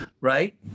right